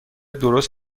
درست